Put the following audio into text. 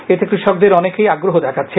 এতে কৃষকদের অনেকেই আগ্রহ দেখাচ্ছেন